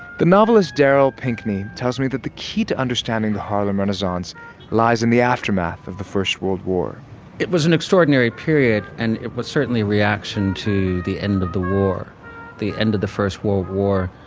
the novelist darryl pinckney tells me that the key to understanding the harlem renaissance lies in the aftermath of the first world war it was an extraordinary period, and it was certainly a reaction to the end of the war the end of the first world war,